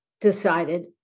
decided